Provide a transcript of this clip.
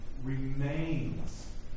remains